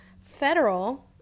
federal